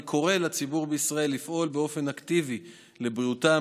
אני קורא לציבור בישראל לפעול באופן אקטיבי לבריאותם,